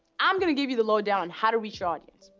i'm gonna give you the lowdown on how to reach audience.